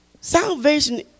salvation